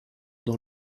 dans